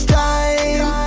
time